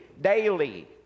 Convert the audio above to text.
daily